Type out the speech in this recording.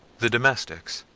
the domestics,